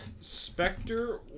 Spectre